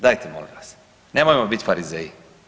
Dajte molim vas nemojmo biti farizeji.